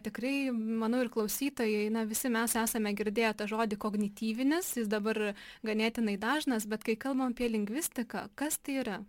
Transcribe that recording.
tikrai manau ir klausytojai na visi mes esame girdėję tą žodį kognityvinis jis dabar ganėtinai dažnas bet kai kalbam apie lingvistiką kas tai yra